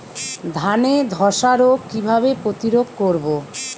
ধানে ধ্বসা রোগ কিভাবে প্রতিরোধ করব?